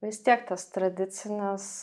vis tiek tas tradicinis